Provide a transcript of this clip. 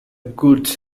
goods